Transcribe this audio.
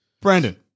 Brandon